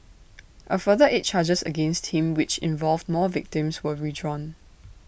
A further eight charges against him which involved more victims were withdrawn